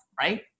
right